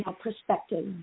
perspective